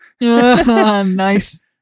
Nice